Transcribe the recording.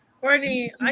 Courtney